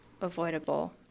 avoidable